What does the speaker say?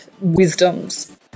wisdoms